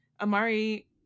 Amari